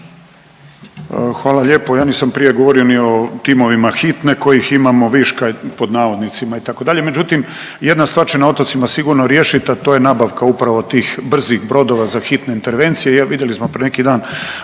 Hvala lijepo. Ja nisam prije govorio ni o timovima hitne kojih imamo viška pod navodnicima itd., međutim jedna stvar će na otocima sigurno riješit, a to je nabavka upravo tih brzi brodova za hitne intervencije. I evo vidjeli smo prije neki dan